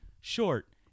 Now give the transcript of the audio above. short